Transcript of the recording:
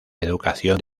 educación